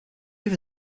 even